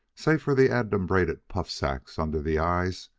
save for the adumbrated puff sacks under the eyes,